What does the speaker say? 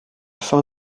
fin